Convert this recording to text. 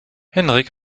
henrik